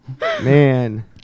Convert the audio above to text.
man